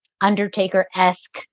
Undertaker-esque